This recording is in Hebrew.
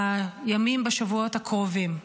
בימים, בשבועות הקרובים.